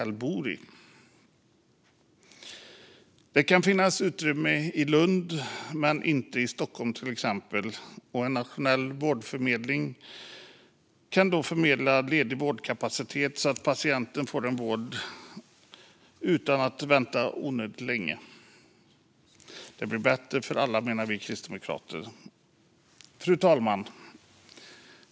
Det kan till exempel finnas utrymme i Lund men inte i Stockholm, och en nationell vårdförmedling kan då förmedla ledig vårdkapacitet så att patienten kan få vård utan att vänta onödigt länge. Det blir bättre för alla, menar vi kristdemokrater. Fru talman!